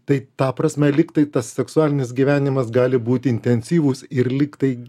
tai ta prasme lyg tai tas seksualinis gyvenimas gali būti intensyvus ir lyg tai